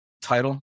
title